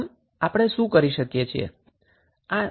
આમ આપણે શું કરી શકીએ છીએ